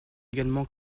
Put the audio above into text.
également